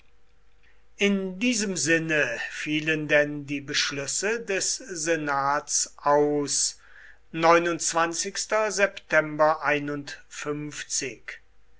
in diesem sinne fielen denn die beschlüsse des senats aus